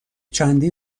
چندین